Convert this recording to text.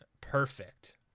Perfect